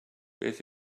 beth